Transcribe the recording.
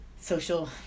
social